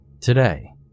Today